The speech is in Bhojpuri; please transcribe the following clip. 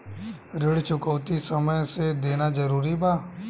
ऋण चुकौती समय से देना जरूरी बा?